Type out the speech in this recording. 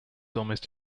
almost